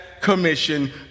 commission